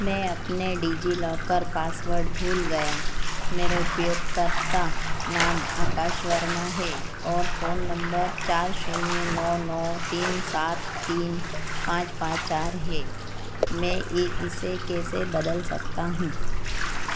मैं अपने DigiLocker password भूल गया मेरे उपयोगकर्ता नाम आकाश वर्मा है और फ़ोन नम्बर चार शून्य नौ नौ तीन सात तीन पाँच पाँच चार है मैं इ इसे कैसे बदल सकता हूँ